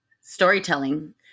storytelling